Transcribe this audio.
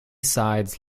sides